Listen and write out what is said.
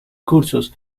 cursos